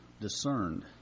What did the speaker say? discerned